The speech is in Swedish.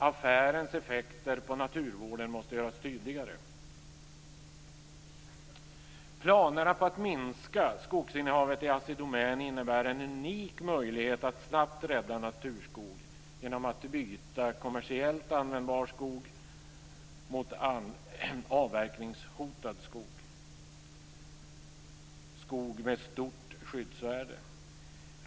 Affärens effekter på naturvården måste göras tydligare. Planerna på att minska skogsinnehavet i Assi Domän innebär en unik möjlighet att snabbt rädda naturskog genom att byta kommersiellt användbar skog mot avverkningshotad skog, skog med stort skyddsvärde.